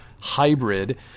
hybrid